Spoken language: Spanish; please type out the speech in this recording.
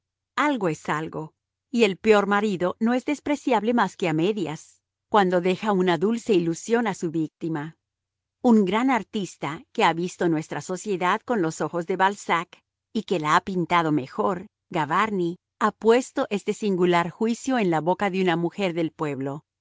algo es algo y el peor marido no es despreciable más que a medias cuando deja una dulce ilusión a su víctima un gran artista que ha visto nuestra sociedad con los ojos de balzac y que la ha pintado mejor gavarni ha puesto este singular juicio en la boca de una mujer del pueblo